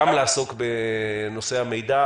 גם לעסוק בנושא המידע.